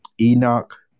Enoch